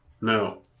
No